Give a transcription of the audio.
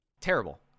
Terrible